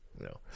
No